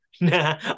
nah